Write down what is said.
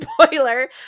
spoiler